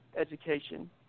education